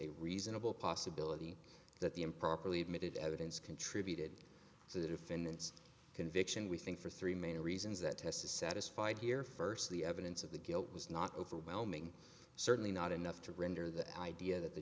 a reasonable possibility that the improperly admitted evidence contributed to the defendant's conviction we think for three main reasons that test is satisfied here first the evidence of the guilt was not overwhelming certainly not enough to render the idea that the